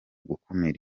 gukumira